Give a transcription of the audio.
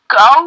go